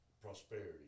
prosperity